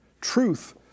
truth